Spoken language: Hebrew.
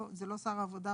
זה לא שר העבודה,